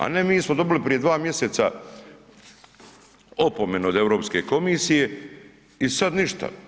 A ne mi smo dobili prije dva mjeseca opomenu od Europske komisije i sada ništa.